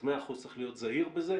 אז מאה אחוז צריך להיות זהיר בזה.